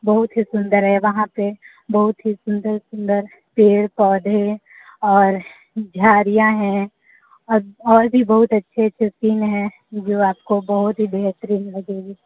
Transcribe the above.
बहुत ही सुन्दर है वहाँ पे बहुत ही सुन्दर सुन्दर पेड़ पौधे और झाड़ियाँ हैं और भी बहुत अच्छे हैं जो आपको बहुत ही बेहतरीन लगेंगे